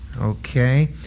okay